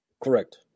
Correct